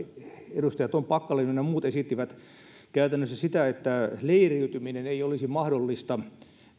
edustaja tom packalen ynnä muut esittivät käytännössä sitä että leiriytyminen ei olisi mahdollista